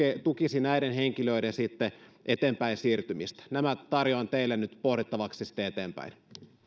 tukisivat näiden henkilöiden eteenpäin siirtymistä nämä tarjoan teille nyt pohdittavaksi sitten eteenpäin